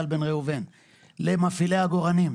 בן ראובן הזכיר את זה - למפעילי העגורנים,